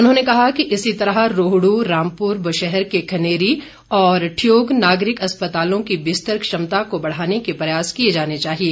उन्होंने कहा कि इसी तरह रोहडू रामपुर बुशहर के खनेरी और ठियोग नागरिक अस्पतालों की बिस्तर क्षमता को बढ़ाने के प्रयास किए जाने चाहिएं